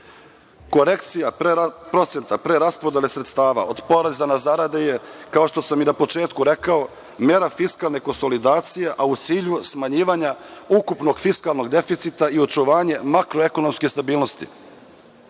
80%.Korekcija procenta preraspodele sredstava od poreza na zarade je kao što sam i na početku rekao mera fiskalne konsolidacije, a u cilju smanjivanja ukupnog fiskalnog deficita i očuvanje makroekonomske stabilnosti. Takođe